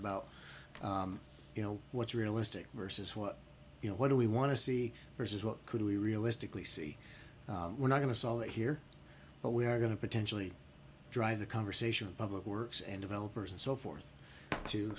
about you know what's realistic versus what you know what do we want to see versus what could we realistically see we're not going to solve it here but we are going to potentially drive the conversation public works and developers and so forth to